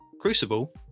Crucible